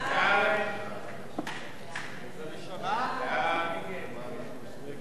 ההצעה להעביר את